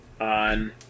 on